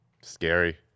Scary